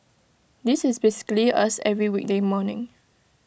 this is basically us every weekday morning